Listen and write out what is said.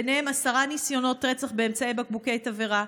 ובהם עשרה ניסיונות רצח באמצעות בקבוקי תבערה,